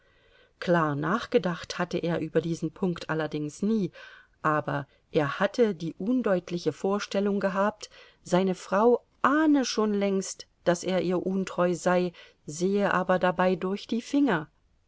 klar nachgedacht hatte er über diesen punkt allerdings nie aber er hatte die undeutliche vorstellung gehabt seine frau ahne schon längst daß er ihr untreu sei sehe aber dabei durch die finger